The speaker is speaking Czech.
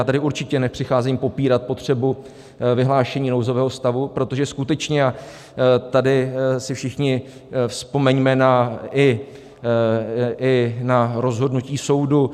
Já tady určitě nepřicházím popírat potřebu vyhlášení nouzového stavu, protože skutečně si tady všichni vzpomeňme i na rozhodnutí soudu.